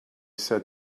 said